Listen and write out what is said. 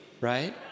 right